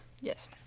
Yes